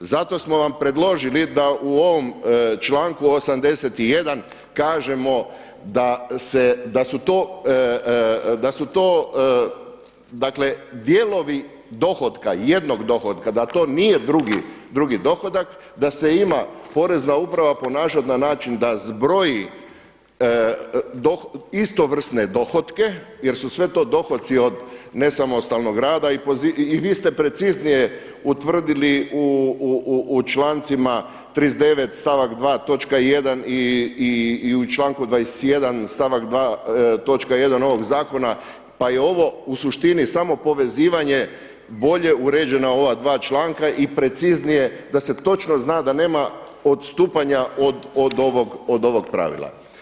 Zato smo vam predložili da u ovom članku 81 kažemo da se, da su to dakle dijelovi dohotka, jednog dohotka da to nije drugi dohodak, da se ima porezna uprava ponašati na način da zbroji istovrsne dohotke, jer su sve to dohoci od nesamostalnog rada i vi ste preciznije utvrdili u člancima 39. stavak 2, točka 1. i u članku 21., stavak 2, točka 1 ovog zakona pa je ovo u suštini samo povezivanje, bolje uređena ova dva članka da se točno zna da nema odstupanja od ovog pravila.